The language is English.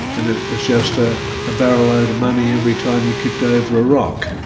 and it was just ah a barrel-load of money every time you kicked over a rock.